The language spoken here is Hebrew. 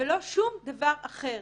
ולא שום דבר אחר.